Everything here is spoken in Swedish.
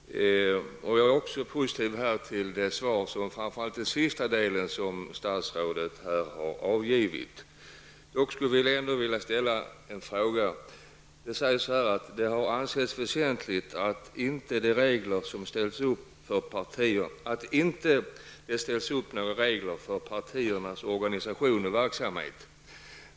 Även jag är positiv framför allt till den sista delen av statsrådets svar. Jag skulle dock vilja ställa en fråga. Det sägs i svaret att det har ansetts väsentligt att det inte ställs upp några regler för partiernas organisation och verksamhet.